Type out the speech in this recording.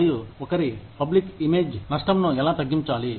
మరియు ఒకరి public image నష్టంను ఎలా తగ్గించాలి